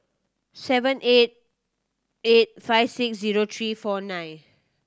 seven eight eight five six zero three four nine